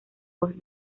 juegos